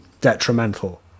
detrimental